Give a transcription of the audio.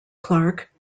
clark